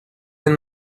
been